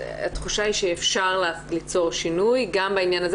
התחושה שהיא שאפשר ליצור שינוי גם ב עניין הזה